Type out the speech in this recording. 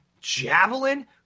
javelin